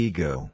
Ego